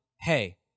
hey